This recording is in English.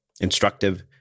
instructive